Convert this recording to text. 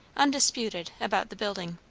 undisputed, about the building.